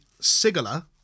Sigala